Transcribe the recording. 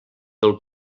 del